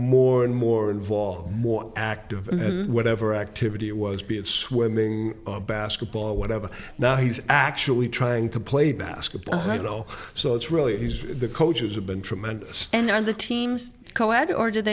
more and more involved more active whatever activity it was be at swimming basketball or whatever now he's actually trying to play basketball not know so it's really he's the coaches have been tremendous and the teams coed or did